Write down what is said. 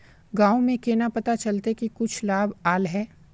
गाँव में केना पता चलता की कुछ लाभ आल है?